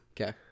Okay